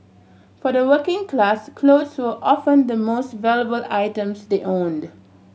for the working class clothes were often the most valuable items they owned